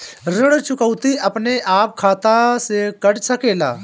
ऋण चुकौती अपने आप खाता से कट सकेला?